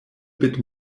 bit